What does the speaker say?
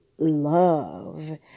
love